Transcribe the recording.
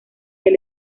del